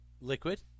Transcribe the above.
liquid